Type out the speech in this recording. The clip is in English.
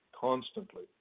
constantly